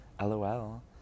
lol